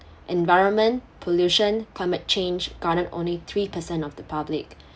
environment pollution climate change garnered only three percent of the public